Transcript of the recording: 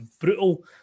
brutal